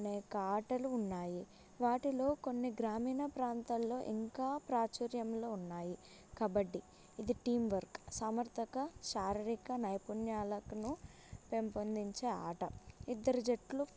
అనేక ఆటలు ఉన్నాయి వాటిలో కొన్ని గ్రామీణ ప్రాంతాల్లో ఇంకా ప్రాచుర్యంలో ఉన్నాయి కబడ్డీ ఇది టీం వర్క్ సామర్థక శారీరక నైపుణ్యాలకును పెంపొందించే ఆట ఇద్దరు జట్లు